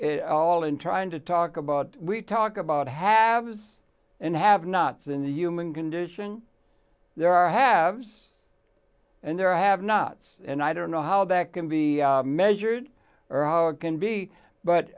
in all in trying to talk about we talk about haves and have nots in the human condition there are haves and there have not and i don't know how that can be measured or how it can be but